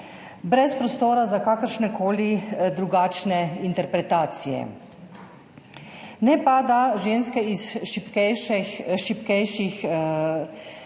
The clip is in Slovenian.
brez prostora za kakršnekoli drugačne interpretacije. Ne pa, da morajo ženske iz šibkejšega